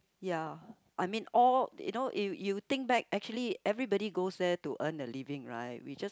ya I mean all you know you you think back actually everybody goes there to earn a living right we just